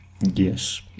yes